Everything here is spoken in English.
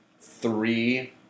three